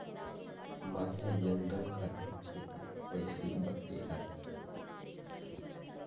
माया जनधन खात्यात कितीक पैसे बाकी हाय?